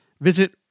visit